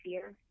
fear